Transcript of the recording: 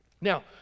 Now